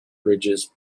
bridges